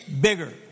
bigger